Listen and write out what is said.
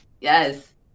yes